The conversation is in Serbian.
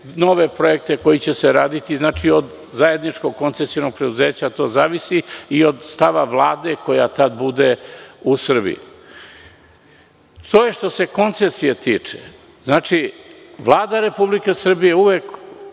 nove projekte koji će se raditi. Od zajedničkog koncesionog preduzeća to zavisi i od stava Vlade koja tada bude u Srbiji. To je što se koncesije tiče. Znači, Vlada Republike Srbije uvek